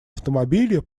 автомобили